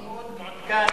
אני מאוד מעודכן,